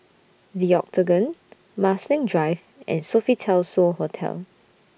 The Octagon Marsiling Drive and Sofitel So Hotel